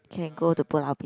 can go to Pulau-Ubin